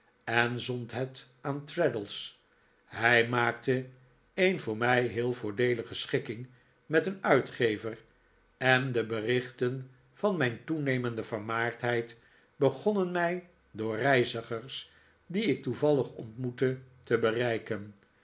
en zond het aan traddles hij maakte een voor mij heel voordeelige schikking met een uitgever en de berichten van mijn toenemende vermaardheid begonnen mij door reizigers die ik toevallig ontmoette te bereiken